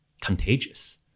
contagious